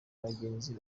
abagenzi